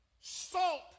Salt